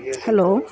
hello